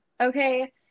Okay